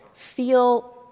feel